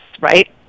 right